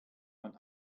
man